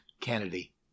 Kennedy